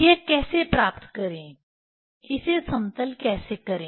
आह यह कैसे प्राप्त करें इसे समतल कैसे करें